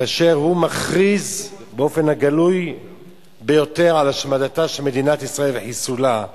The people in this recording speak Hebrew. כאשר הוא מכריז באופן הגלוי ביותר על השמדתה של מדינת ישראל וחיסולה,